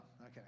Okay